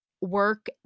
work